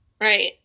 Right